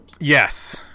Yes